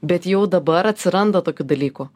bet jau dabar atsiranda tokių dalykų